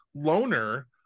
Loner